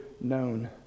known